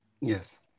Yes